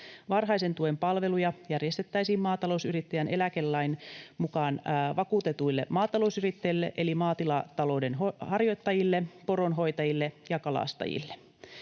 Varhaisen tuen palveluja järjestettäisiin maatalousyrittäjän eläkelain mukaan vakuutetuille maatalousyrittäjille eli maatilatalouden harjoittajille, poronhoitajille ja kalastajille.